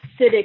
Acidic